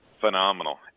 phenomenal